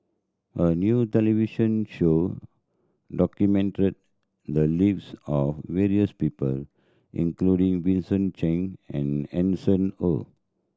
a new television show documented the lives of various people including Vincent Cheng and Hanson Ho